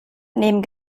nehmen